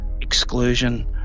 exclusion